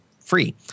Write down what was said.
free